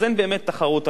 אז אין באמת תחרות אמיתית.